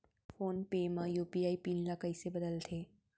Phone पे म UPI pin ल कइसे बदलथे?